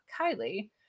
Kylie